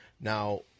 Now